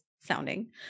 sounding